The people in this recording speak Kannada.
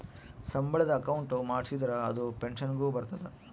ಸಂಬಳದ ಅಕೌಂಟ್ ಮಾಡಿಸಿದರ ಅದು ಪೆನ್ಸನ್ ಗು ಬರ್ತದ